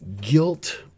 guilt